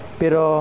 pero